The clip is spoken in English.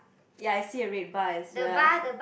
ya I see a red bar as well